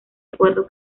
acuerdo